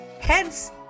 hence